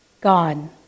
God